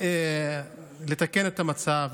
לתקן את המצב,